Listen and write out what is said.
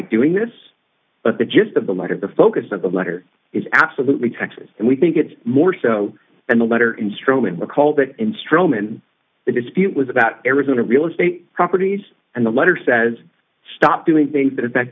doing this but the gist of the letter the focus of the letter is absolutely texas and we think it's more so than the letter instrument recall that in stroman the dispute was about arizona real estate properties and the letter says stop doing things that affect